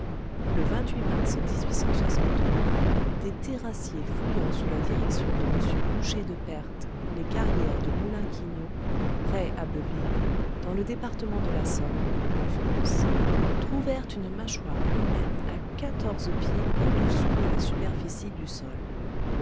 le mars des terrassiers fouillant sous la direction de m boucher de perthes les carrières de moulin quignon près abbeville dans le département de la somme en france trouvèrent une mâchoire humaine à quatorze pieds au-dessous de la superficie du sol